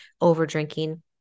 over-drinking